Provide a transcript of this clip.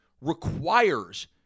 requires